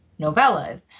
novellas